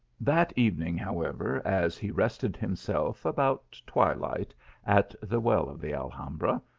that evening, however, as he rested himself about twilight at the well of the alhambra,